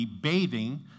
bathing